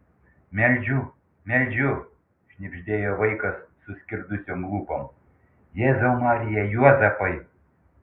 meldžiu meldžiu šnibždėjo vaikas suskirdusiom lūpom jėzau marija juozapai